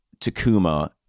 Takuma